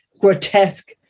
grotesque